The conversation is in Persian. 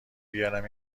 بیارم